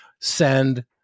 send